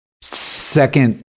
second